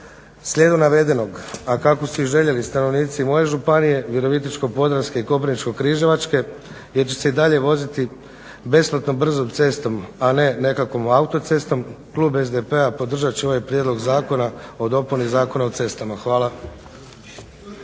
Slijedom navedenog a kako su i željeli stanovnici moje županije Virovitičko-podravske i Koprivničko-križevačke gdje će se i dalje voziti besplatnom brzom cestom, a ne nekakvom autocestom klub SDP-a podržat će ovaj prijedlog Zakona o dopuni Zakona o cestama. Hvala.